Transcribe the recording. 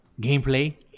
gameplay